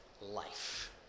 life